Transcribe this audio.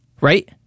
Right